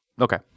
Okay